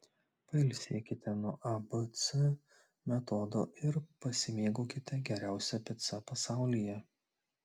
pailsėkite nuo abc metodo ir pasimėgaukite geriausia pica pasaulyje